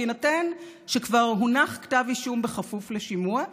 בהינתן שכבר הונח כתב אישום בכפוף לשימוע,